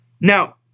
Now